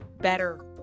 better